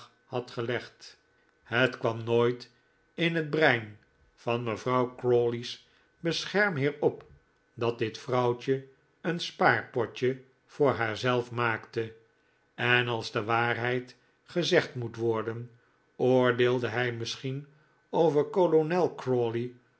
had gelegd het kwam nooit in het brein van mevrouw crawley's beschermheer op dat dit vrouwtje een spaarpotje voor haarzelf maakte en als de waarheid gezegd moet worden oordeelde hij misschien over kolonel